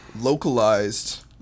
localized